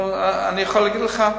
אבל אני יכול להגיד לך,